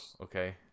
okay